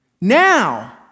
now